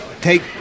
take